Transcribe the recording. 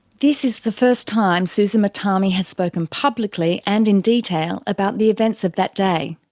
this is the first time susan mutami has spoken publicly and in detail about the events of that day.